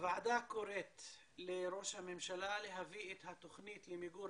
הוועדה קוראת לראש הממשלה להביא את התוכנית למיגור